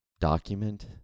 document